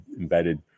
embedded